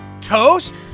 toast